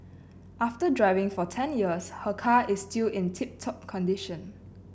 after driving for ten years her car is still in tip top condition